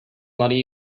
money